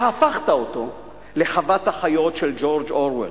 והפכת אותו ל"חוות החיות" של ג'ורג' אורוול.